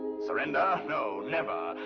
surrender? no, never!